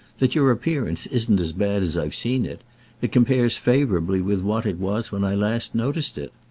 that your appearance isn't as bad as i've seen it it compares favourably with what it was when i last noticed it.